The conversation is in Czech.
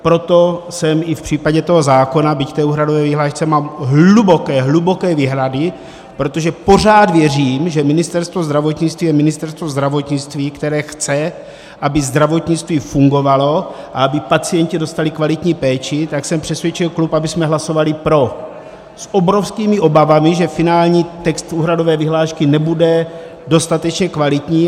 Proto jsem i v případě zákona, byť k úhradové vyhlášce mám hluboké výhrady, protože pořád věřím, že Ministerstvo zdravotnictví je Ministerstvo zdravotnictví, které chce, aby zdravotnictví fungovalo a aby pacienti dostali kvalitní péči, přesvědčil klub, abychom hlasovali pro s obrovskými obavami, že finální text úhradové vyhlášky nebude dostatečně kvalitní.